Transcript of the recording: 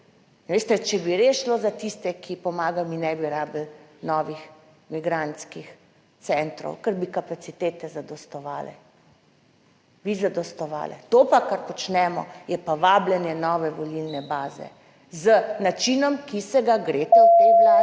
Veste, če bi res šlo za tiste, ki pomagajo in ne bi rabili novih migrantskih centrov, ker bi kapacitete zadostovale, bi zadostovale. To pa kar počnemo, je pa vabljenje nove volilne baze z načinom, ki se ga greste v tej vladi